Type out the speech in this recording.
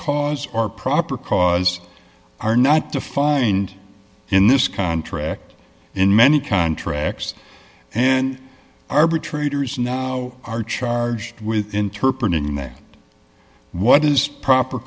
cause or proper cause are not defined in this contract in many contracts and arbitrators and are charged with interpret in that what is proper